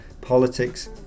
Politics